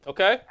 Okay